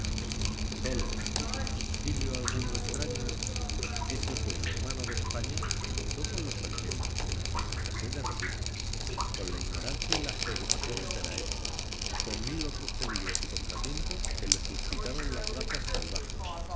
solo y sin auxilio alguno extraño ese pueblo hermano de españa luchó con los elementos con la escasez de recursos con la ignorancia y las preocupaciones de la época con mil otros peligros y contratiempos que le suscitaron las razas salvajes